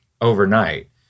overnight